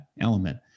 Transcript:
element